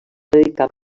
dedicar